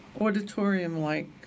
auditorium-like